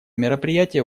мероприятие